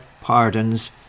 pardons